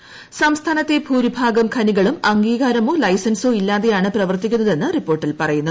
സ്ക്സ്മാനത്തെ ഭൂരിഭാഗം ഖനികളും അംഗീകാരമോ ഇല്ലാതെയാണ് പ്രവർത്തിക്കുന്നതെന്ന് റിപ്പോർട്ടിൽ പറയുന്നു